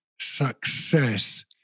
success